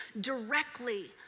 directly